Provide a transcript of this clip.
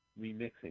remixing